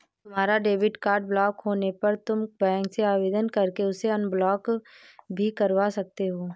तुम्हारा debit card block होने पर तुम बैंक से आवेदन करके उसे अनब्लॉक भी करवा सकते हो